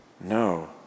no